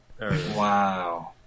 Wow